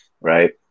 right